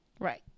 Right